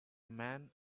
man